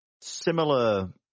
similar